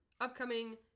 upcoming